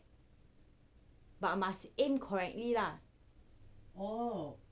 but must aim correctly lah